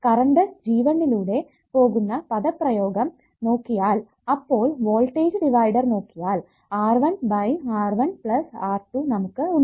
current G1 യിലൂടെ പോകുന്ന പദപ്രയോഗം നോക്കിയാൽ അപ്പോൾ വോൾടേജ് ഡിവൈഡർ നോക്കിയാൽ R1 by R1 plus R2 നമുക്ക് ഉണ്ട്